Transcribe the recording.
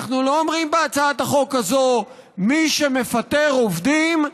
אנחנו לא אומרים בהצעת החוק הזאת: מי שמפטר עובדים,